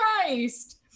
christ